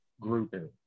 grouping